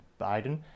Biden